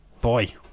Boy